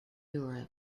europe